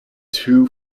two